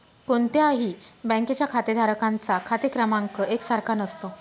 कोणत्याही बँकेच्या खातेधारकांचा खाते क्रमांक एक सारखा नसतो